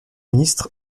ministre